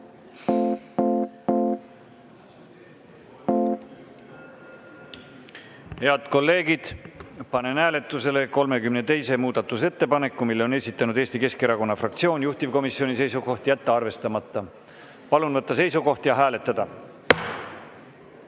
Head kolleegid, panen hääletusele 32. muudatusettepaneku. Selle on esitanud Eesti Keskerakonna fraktsioon. Juhtivkomisjoni seisukoht on jätta arvestamata. Palun võtta seisukoht ja hääletada!